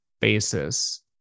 basis